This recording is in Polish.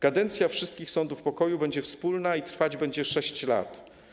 Kadencja wszystkich sądów pokoju będzie wspólna i trwać będzie 6 lat.